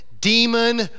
demon